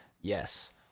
Yes